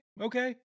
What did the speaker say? Okay